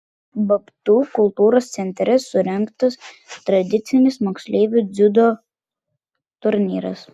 babtų kultūros centre surengtas tradicinis moksleivių dziudo turnyras